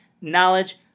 knowledge